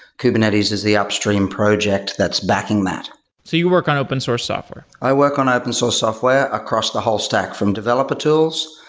kubernetes is the upstream project that's backing that. so you work on open source software. i work on open source software across the whole stack, from developer tools,